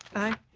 aye.